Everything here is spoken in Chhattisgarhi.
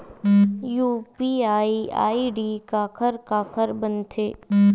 यू.पी.आई आई.डी काखर काखर बनथे?